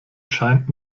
scheint